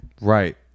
Right